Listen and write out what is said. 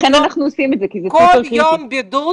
כל יום בידוד,